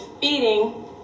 feeding